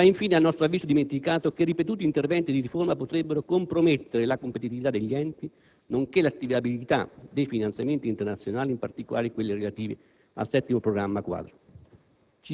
Né va infine, a nostro avviso, dimenticato che ripetuti interventi di riforma potrebbero compromettere la competitività degli enti, nonché l'attivabilità dei finanziamenti internazionali; in particolare quelli relativi al VII Programma quadro